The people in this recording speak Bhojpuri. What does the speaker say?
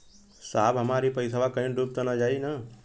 साहब हमार इ पइसवा कहि डूब त ना जाई न?